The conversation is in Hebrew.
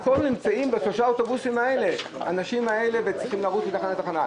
כולם נמצאים בשלושת האוטובוסים האלה והם צריכים לרוץ מתחנה לתחנה.